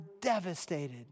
devastated